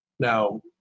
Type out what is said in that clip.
Now